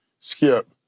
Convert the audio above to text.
Skip